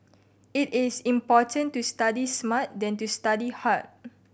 it is important to study smart than to study hard